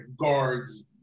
guards